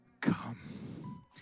come